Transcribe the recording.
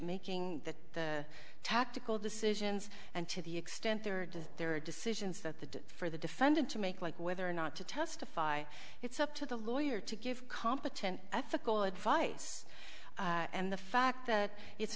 making that tactical decisions and to the extent there are just there are decisions that the for the defendant to make like whether or not to testify it's up to the lawyer to give competent ethical advice and the fact that it's